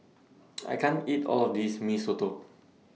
I can't eat All of This Mee Soto